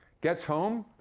gets home,